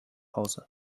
hause